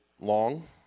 long